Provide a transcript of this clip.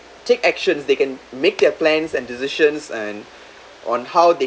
take actions they can make their plans and decisions and on how they